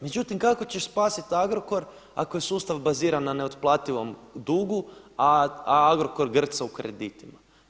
Međutim kako ćeš spasit Agrokor ako je sustav baziran na neotplativom dugu, a Agrokor grca u kreditima.